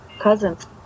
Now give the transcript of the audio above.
cousins